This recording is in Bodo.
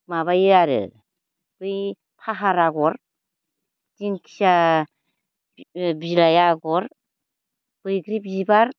माबायो आरो बै फाहार आगर दिंखिया बिलाइ आगर बैग्रि बिबार